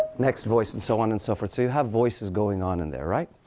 next voice and so on and so forth. so you have voices going on in there, right?